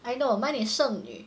I know mine is 剩女